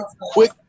quick